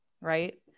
right